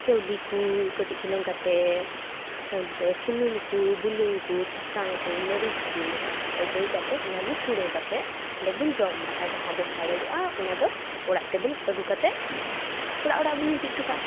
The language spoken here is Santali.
ᱪᱟᱹᱣᱞᱤ ᱠᱚ ᱠᱟᱹᱴᱤᱡ ᱪᱩᱞᱩᱝ ᱠᱟᱛᱮ ᱫᱟᱹ ᱥᱩᱱᱩᱢ ᱠᱚ ᱵᱩᱞᱩᱝ ᱠᱚ ᱥᱟᱥᱟᱝ ᱠᱚ ᱢᱟᱹᱨᱤᱪ ᱠᱚ ᱟᱹᱫᱟᱹᱭ ᱠᱟᱛᱮ ᱚᱱᱟᱜᱮ ᱥᱩᱲᱟᱹ ᱠᱟᱛᱮ ᱚᱸᱰᱮ ᱵᱚᱱ ᱡᱚᱢᱟ ᱡᱟᱦᱟᱸ ᱫᱚ ᱥᱟᱨᱮᱡᱚᱜᱼᱟ ᱚᱱᱟ ᱫᱚ ᱚᱲᱟᱜ ᱛᱮᱵᱚᱱ ᱟᱜᱩ ᱠᱟᱛᱮ ᱚᱲᱟᱜ ᱚᱲᱟᱜ ᱵᱚᱱ ᱤᱫᱤ ᱴᱚ ᱠᱟᱜᱼᱟ